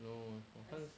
no 我看